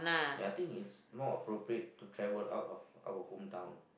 ya think is more appropriate to travel out of our hometown